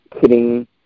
kidding